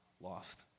lost